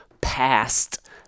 past